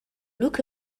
look